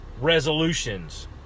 Resolutions